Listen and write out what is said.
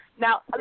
Now